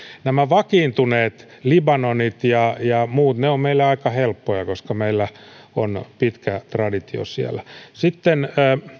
nämä vakiintuneet libanonit ja ja muut ovat meille aika helppoja koska meillä on pitkä traditio siellä sitten